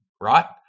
right